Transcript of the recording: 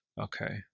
Okay